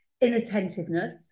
inattentiveness